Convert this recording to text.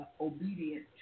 Obedient